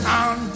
on